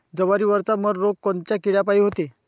जवारीवरचा मर रोग कोनच्या किड्यापायी होते?